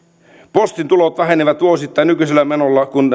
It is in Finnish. postin tulot vähenevät vuosittain nykyisellä menolla kun